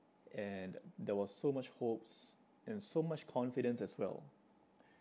and there was so much hopes and so much confidence as well